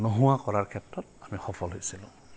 নোহোৱা কৰাৰ ক্ষেত্ৰত আমি সফল হৈছিলোঁ